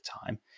time